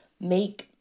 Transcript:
make